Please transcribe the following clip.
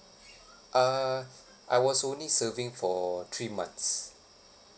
uh I was only serving for three months